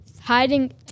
hiding